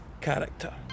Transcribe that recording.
Character